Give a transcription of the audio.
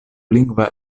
lingva